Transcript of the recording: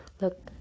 Look